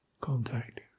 contact